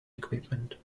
equipment